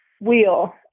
wheel